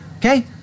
Okay